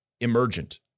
emergent